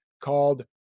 called